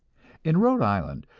in rhode island,